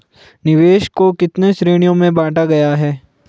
निवेश को कितने श्रेणियों में बांटा गया है?